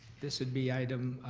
this would be item.